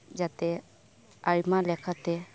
ᱡᱟᱛᱮ ᱟᱭᱢᱟ ᱞᱮᱠᱟᱛᱮ